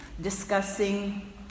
discussing